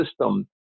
system